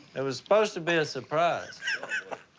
it was supposed to be a surprise